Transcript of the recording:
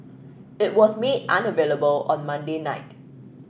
it was made unavailable on Monday night